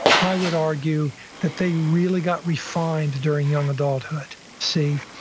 i would argue that they really got refined during young adulthood see,